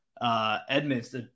Edmonds